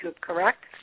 correct